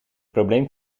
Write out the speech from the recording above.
probleem